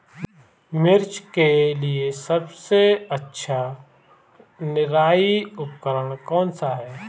मिर्च के लिए सबसे अच्छा निराई उपकरण कौनसा है?